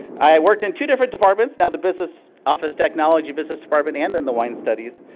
i worked in two different departments, now the business office technology, business department, and in the wine studies.